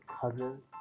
cousin